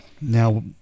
Now